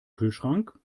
kühlschrank